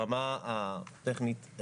ברמה הטכנית,